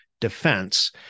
defense